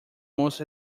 most